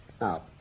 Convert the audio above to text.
Now